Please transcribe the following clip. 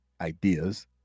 ideas